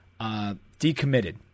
decommitted